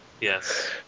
yes